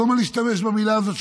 כל הזמן להשתמש במילה הזאת,